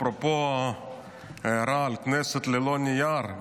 אפרופו ההערה על כנסת ללא נייר,